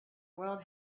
world